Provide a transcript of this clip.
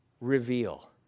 reveal